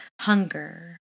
hunger